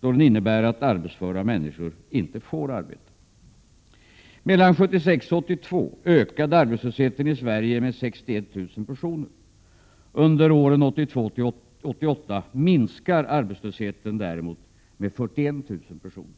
då den innebär att arbetsföra människor inte får arbeta. Mellan 1976 och 1982 ökade arbetslösheten i Sverige med 61 000 personer. Under åren 1982-1988 minskar arbetslösheten däremot med 41 000 personer.